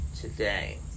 today